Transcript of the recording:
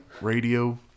radio